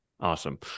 Awesome